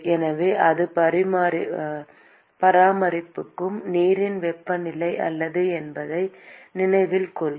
எனவே அது பராமரிக்கும் நீரின் வெப்பநிலை அல்ல என்பதை நினைவில் கொள்க